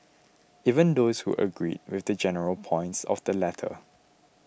even those who agreed with the general points of the letter